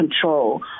control